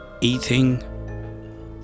eating